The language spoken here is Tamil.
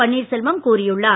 பள்ளீர்செல்வம் கூறியுள்ளார்